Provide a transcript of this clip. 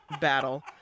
battle